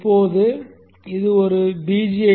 இப்போது இது ஒரு BJT